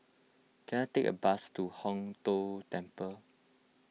can I take a bus to Hong Tho Temple